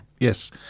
Yes